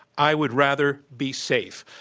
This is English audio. i would rather be safe.